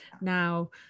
now